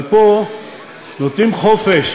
אבל פה נותנים חופש